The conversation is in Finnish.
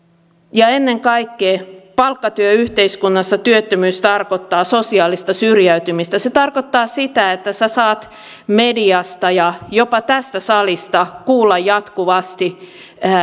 ja ennen kaikkea palkkatyöyhteiskunnassa työttömyys tarkoittaa sosiaalista syrjäytymistä se tarkoittaa sitä että sinä saat mediasta ja jopa tästä salista kuulla jatkuvasti